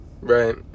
Right